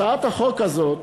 הצעת החוק הזאת,